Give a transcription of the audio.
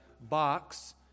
box